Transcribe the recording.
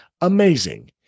amazing